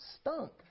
stunk